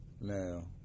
now